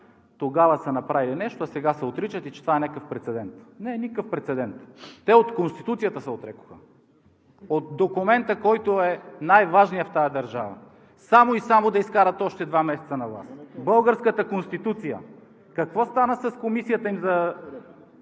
тогава са направили нещо, а сега се отричат и че това е някакъв прецедент. Не е никакъв прецедент! Те от Конституцията се отрекоха – от документа, който е най-важният в тази държава, само и само да изкарат още два месеца на власт. Българската Конституция! Какво стана с Комисията им за